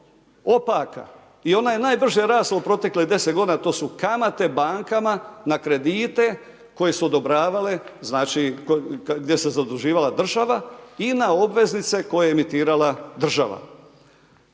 opaka i ona je najbrže rasla u proteklih 10 godina. To su kamate bankama na kredite koje su odobravale, znači gdje se zaduživala država i na obveznice koje je emitirala država.